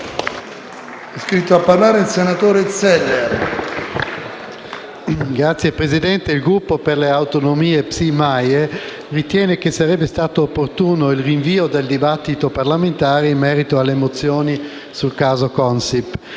il Gruppo per le Autonomie-PSI-MAIE ritiene che sarebbe stato opportuno il rinvio del dibattito parlamentare in merito alle mozioni sul caso Consip.